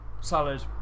salad